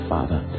Father